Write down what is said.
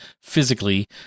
physically